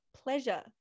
pleasure